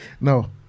No